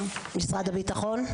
הביטחון.